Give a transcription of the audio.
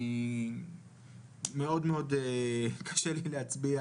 מאוד קשה לי להצביע,